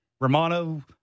Romano